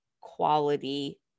quality